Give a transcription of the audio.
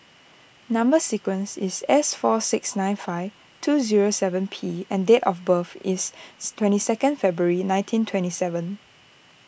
Number Sequence is S four six nine five two zero seven P and date of birth is twenty second February nineteen twenty seven